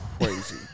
Crazy